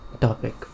topic